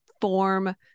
form